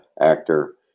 actor